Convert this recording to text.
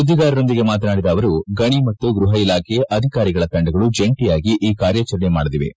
ಸುದ್ದಿಗಾರೊಂದಿಗೆ ಮಾತನಾಡಿದ ಅವರು ಗಣಿ ಮತ್ತು ಗೃಹ ಇಲಾಖೆ ಅಧಿಕಾರಿಗಳ ತಂಡಗಳು ಜಂಟಿಯಾಗಿ ಈ ಕಾರ್ಯಾಚರಣೆ ಮಾಡಲಿವೆ